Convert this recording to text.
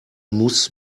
muss